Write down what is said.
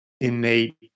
innate